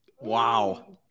Wow